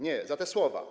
Nie, za te słowa.